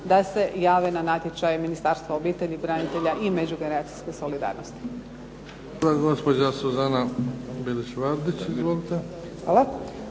da se jave na natječaj Ministarstva obitelji, branitelja i međugeneracijske solidarnosti.